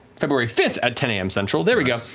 february fifth, at ten a m central, there we go,